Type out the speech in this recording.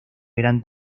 gran